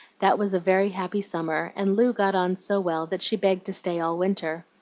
that was a very happy summer, and lu got on so well that she begged to stay all winter.